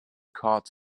caught